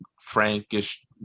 Frankish